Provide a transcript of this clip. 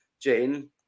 Jane